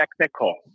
technical